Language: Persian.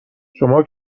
شما